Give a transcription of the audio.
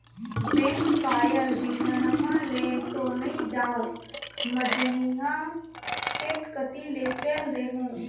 bank कायल बिहन्हा ले तो नइ जाओं, मझिन्हा खेत कति ले चयल देहूँ